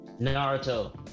Naruto